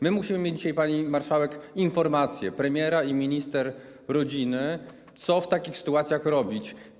My musimy mieć dzisiaj, pani marszałek, informację premiera i minister rodziny o tym, co w takich sytuacjach robić.